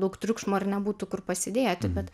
daug triukšmo ir nebūtų kur pasidėti bet